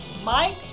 Mike